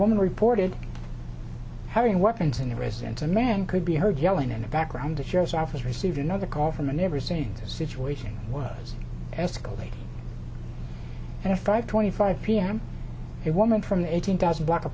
woman reported having weapons in the residence a man could be heard yelling in the background that shows office received another call from a never seen situation was escalating and five twenty five p m it woman from the eighteen thousand block a